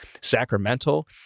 sacramental